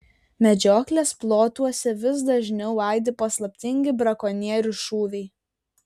medžioklės plotuose vis dažniau aidi paslaptingi brakonierių šūviai